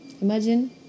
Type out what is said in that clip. Imagine